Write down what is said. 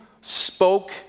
spoke